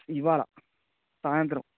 ఇవాళ సాయంత్రం